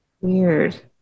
weird